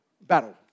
battle